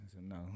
No